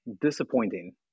disappointing